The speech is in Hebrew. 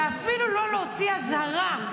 ואפילו לא להוציא אזהרה,